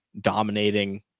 dominating